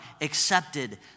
accepted